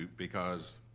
because.